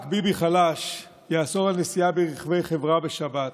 רק ביבי חלש יאסור על נסיעה ברכבי חברה בשבת,